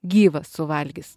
gyvą suvalgys